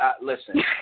Listen